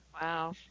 Wow